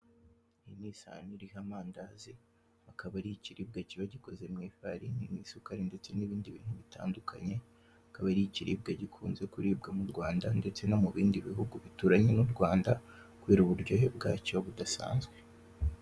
Iyi ni isahane iriho amandazi akaba ari ikiribwa kiba gikoze mw'ifarini mw'isukari ndetse nibindi bintu bitandukanye, akaba ari ikiribwa gikunze kuribwa m'urwanda ndetse no mubindi bihugu bituranye n'urwanda kubera uburyohe bwacyo budasanzwe.